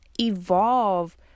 evolve